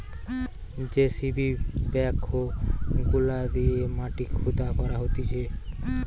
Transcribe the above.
JCB backhoe গুলা দিয়ে মাটি খুদা করা হতিছে